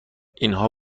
اینها